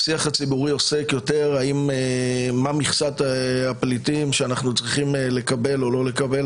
שהוא מכסת הפליטים שאנחנו צריכים לקבל או לא לקבל.